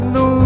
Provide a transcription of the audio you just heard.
no